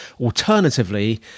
Alternatively